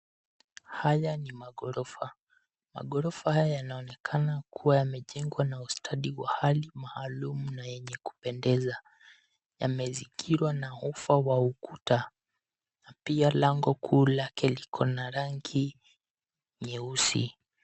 Haya ni maghorofa. Maghorofa haya yanaoenakana kuwa yamejengwa na ustadi wa hali maalum na yenye kupendeza. Yamezingirwa na ufa wa ukuta, pia lango kuu lake likona rangi nyeusi.